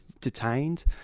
detained